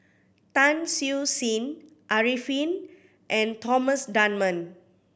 Tan Siew Sin Arifin and Thomas Dunman